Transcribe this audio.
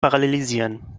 parallelisieren